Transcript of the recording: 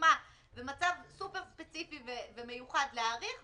לעצמכם את הוצאת השומה --- תאריכו גם לנישום.